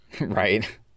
right